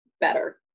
better